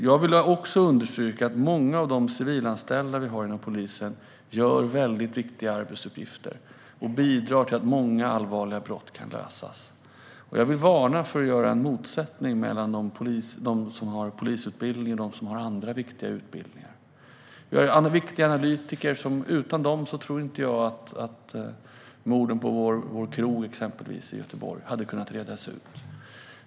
Jag vill också understryka att många av de civilanställda som vi har inom polisen gör mycket viktiga arbetsuppgifter och bidrar till att många allvarliga brott kan lösas. Jag vill varna för att man gör en motsättning mellan dem som har polisutbildning och dem som har andra viktiga utbildningar. Vi har viktiga analytiker, och utan dem tror jag inte att exempelvis morden på Vår krog & bar i Göteborg hade kunnat redas ut.